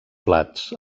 plats